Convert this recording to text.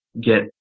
get